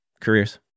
careers